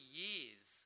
years